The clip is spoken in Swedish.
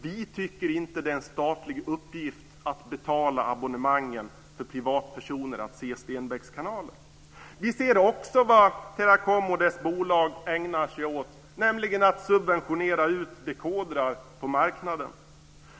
Vi tycker inte att det är en statlig uppgift att betala abonnemang för privatpersoner så att de ska kunna se Stenbecks kanaler. Vi ser också vad Teracom och dess bolag ägnar sig åt, nämligen att subventionera ut dekodrar på marknaden.